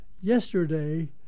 Yesterday